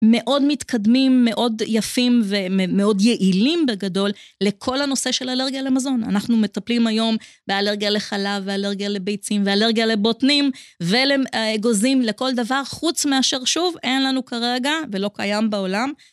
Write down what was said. מאוד מתקדמים, מאוד יפים ומאוד יעילים בגדול לכל הנושא של אלרגיה למזון. אנחנו מטפלים היום באלרגיה לחלב, ואלרגיה לביצים, ואלרגיה לבוטנים ולאגוזים, לכל דבר, חוץ מאשר שוב, אין לנו כרגע, ולא קיים בעולם.